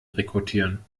rekrutieren